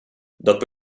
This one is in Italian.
dopo